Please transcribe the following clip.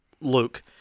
Luke